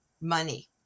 money